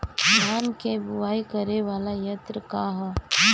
धान के बुवाई करे वाला यत्र का ह?